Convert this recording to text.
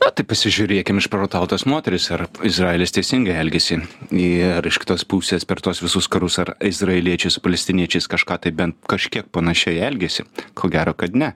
na tai pasižiūrėkim į išprievartautas moteris ar izraelis teisingai elgiasi ir iš kitos pusės per tuos visus karus ar izraeliečiai su palestiniečiais kažką tai bent kažkiek panašiai elgėsi ko gero kad ne